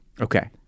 Okay